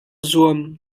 zuam